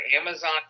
Amazon